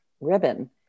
ribbon